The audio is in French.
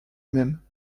même